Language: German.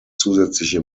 zusätzliche